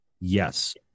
yes